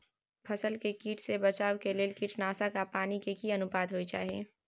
फसल के कीट से बचाव के लेल कीटनासक आ पानी के की अनुपात होय चाही?